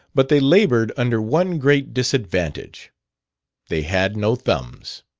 but they labored under one great disadvantage they had no thumbs.